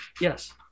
yes